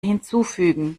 hinzufügen